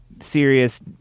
serious